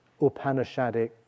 Upanishadic